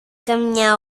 καμιά